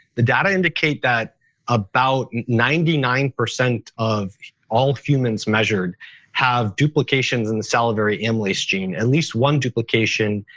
the data indicates indicates that about and ninety nine percent of all humans measured have duplications in the salivary amylase gene at least one duplication,